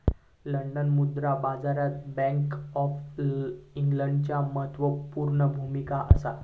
London मुद्रा बाजारात bank of इंग्लंडची म्हत्त्वापूर्ण भुमिका असा